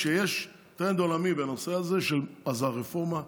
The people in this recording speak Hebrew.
כשיש טרנד עולמי בנושא הזה אז הרפורמה עובדת,